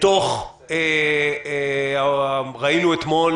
ראינו אתמול